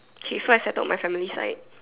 K first I told my family side